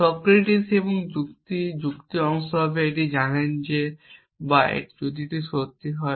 Socrates এবং যুক্তি এবং যুক্তি অংশ হবে যদি এটি আপনি জানেন বা যদি এটি সত্য হয়